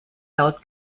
laut